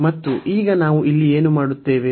ಮತ್ತು ಈಗ ನಾವು ಇಲ್ಲಿ ಏನು ಮಾಡುತ್ತೇವೆ